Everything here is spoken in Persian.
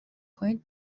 کنید